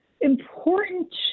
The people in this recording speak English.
important